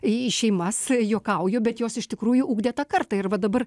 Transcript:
į šeimas juokauju bet jos iš tikrųjų ugdė tą kartą ir va dabar